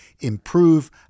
improve